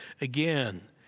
Again